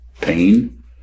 Pain